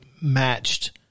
matched